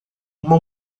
uma